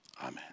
Amen